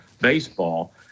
baseball